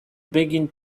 began